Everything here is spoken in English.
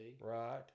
Right